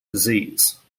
disease